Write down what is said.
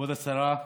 כבוד השרה,